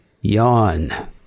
yawn